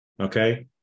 Okay